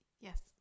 Yes